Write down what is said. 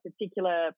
particular